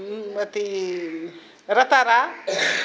अथी रतारा